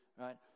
right